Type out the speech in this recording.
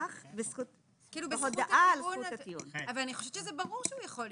אבל אני חושבת שזה ברור שהוא יכול לטעון.